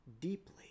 deeply